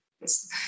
Yes